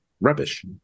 rubbish